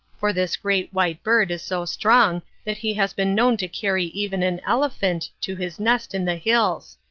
for this great white bird is so strong that he has been known to carry even an elephant to his nest in the hills.